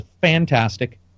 fantastic